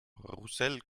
rauxel